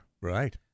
Right